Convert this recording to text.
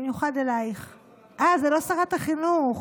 הזמן נעצר מזמן.